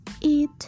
eat